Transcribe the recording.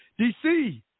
DC